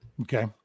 Okay